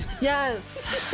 Yes